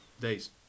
Days